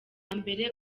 mbere